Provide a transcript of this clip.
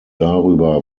darüber